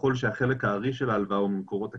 ככל שהחלק הארי של ההלוואה הוא ממקורות תקציביים,